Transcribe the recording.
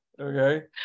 Okay